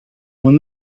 when